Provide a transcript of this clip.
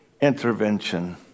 intervention